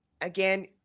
again